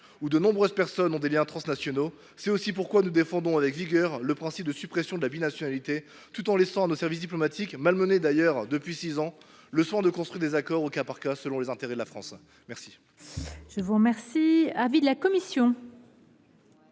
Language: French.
de nombreuses personnes sont traversées de liens transnationaux. Pour toutes ces raisons, nous défendons avec vigueur le principe de la suppression de la binationalité, tout en laissant à nos services diplomatiques – fort malmenés depuis six ans – le soin de construire des accords au cas par cas selon les intérêts de la France. Quel